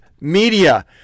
media